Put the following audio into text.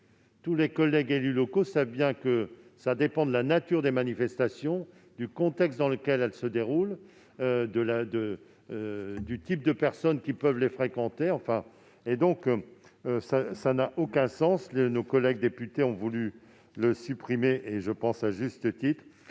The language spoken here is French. Tous les collègues élus locaux savent bien que tout dépend de la nature des manifestations, du contexte dans lequel elles se déroulent, du type de personnes qui peuvent les fréquenter, etc. C'est pourquoi nos collègues députés ont voulu supprimer ce seuil à juste titre.